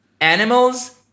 animals